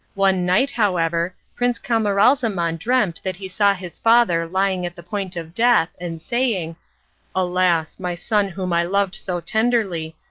one night, however, prince camaralzaman dreamt that he saw his father lying at the point of death, and saying alas! my son whom i loved so tenderly,